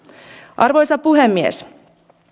arvoisa puhemies